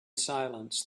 silence